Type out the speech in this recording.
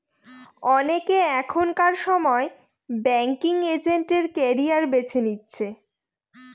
অনেকে এখনকার সময় ব্যাঙ্কিং এজেন্ট এর ক্যারিয়ার বেছে নিচ্ছে